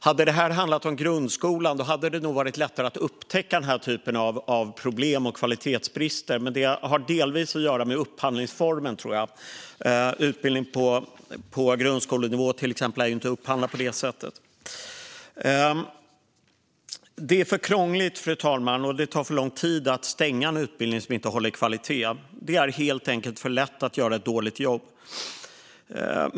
Hade det handlat om grundskolan hade det nog varit lättare att upptäcka den typen av problem och kvalitetsbrister, men det har delvis att göra med upphandlingsformen. Utbildning på till exempel grundskolenivå är inte upphandlad på det sättet. Det är för krångligt, fru talman, och det tar för lång tid att stänga en utbildning som inte upprätthåller en viss kvalitet. Det är helt enkelt för lätt att göra ett dåligt jobb.